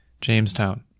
Jamestown